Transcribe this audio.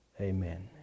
Amen